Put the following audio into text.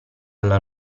alla